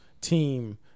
team